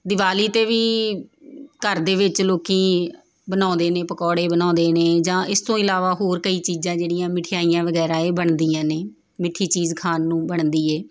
ਦੀਵਾਲੀ 'ਤੇ ਵੀ ਘਰ ਦੇ ਵਿੱਚ ਲੋਕ ਬਣਾਉਂਦੇ ਨੇ ਪਕੌੜੇ ਬਣਾਉਂਦੇ ਨੇ ਜਾਂ ਇਸ ਤੋਂ ਇਲਾਵਾ ਹੋਰ ਕਈ ਚੀਜ਼ਾਂ ਜਿਹੜੀਆਂ ਮਿਠਿਆਈਆਂ ਵਗੈਰਾ ਇਹ ਬਣਦੀਆਂ ਨੇ ਮਿੱਠੀ ਚੀਜ਼ ਖਾਣ ਨੂੰ ਬਣਦੀ ਹੈ